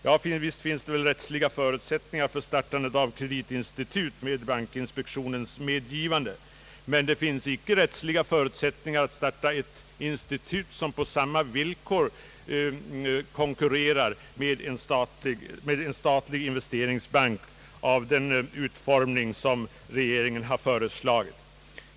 Ja, visst finns det väl rättsliga förutsättningar att starta kreditinstitut med bankinspektionens medgivande; men det finns icke rättsliga förutsättningar att starta ett institut som på samma villkor konkurrerar med en statlig investeringsbank av den utformning regeringen föreslagit.